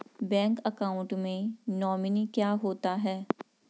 Bank account में nominee क्या होता है?